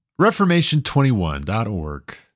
Reformation21.org